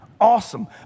awesome